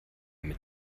mit